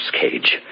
cage